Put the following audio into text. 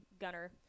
Gunner